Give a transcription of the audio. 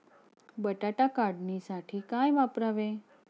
बटाटा काढणीसाठी काय वापरावे?